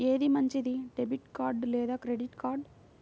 ఏది మంచిది, debit card లేదా క్రెడిట్ కార్డ్?